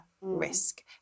risk